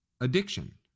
addiction